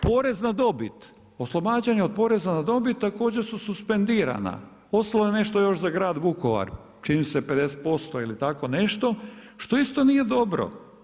Porez na dobit, oslobađanje od poreza na dobit također su suspendirana, ostalo je još nešto za grad Vukovar čini mi se 50% ili tako nešto što isto nije dobro.